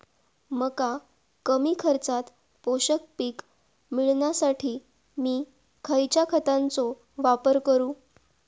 मका कमी खर्चात पोषक पीक मिळण्यासाठी मी खैयच्या खतांचो वापर करू?